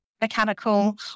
mechanical